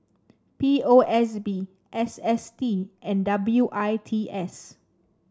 P O S B S S T and W I T S